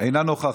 אינה נוכחת,